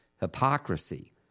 hypocrisy